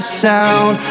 sound